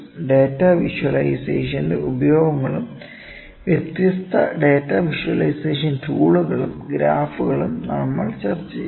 data വിഷ്വലൈസേഷന്റെ ഉപയോഗങ്ങളും വ്യത്യസ്ത ഡാറ്റ വിഷ്വലൈസേഷൻ ടൂളുകളും ഗ്രാഫുകളും നമ്മൾ ചർച്ചചെയ്തു